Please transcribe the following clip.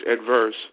adverse